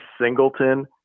Singleton